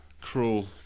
Cruel